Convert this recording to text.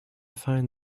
find